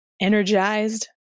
energized